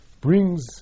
brings